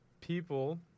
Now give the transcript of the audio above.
people